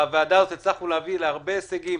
בוועדה הזאת הצלחנו להביא להרבה הישגים,